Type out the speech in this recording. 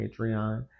Patreon